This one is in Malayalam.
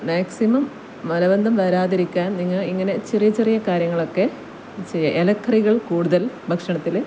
മാക്സിമം മലബന്ധം വരാതിരിക്കാൻ നിങ്ങൾ ഇങ്ങനെ ചെറിയ ചെറിയ കാര്യങ്ങളൊക്കെ ചെയ്യുക ഇലക്കറികൾ കൂടുതൽ ഭക്ഷണത്തിൽ